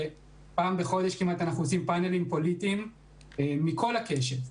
ופעם בחודש כמעט אנחנו עושים פאנלים פוליטיים מכל הקשת.